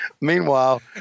Meanwhile